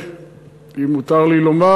שאם מותר לי לומר,